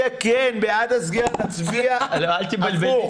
כן, בעד הסגירה, נצביע הפוך.